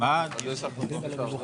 הישיבה ננעלה בשעה 14:00.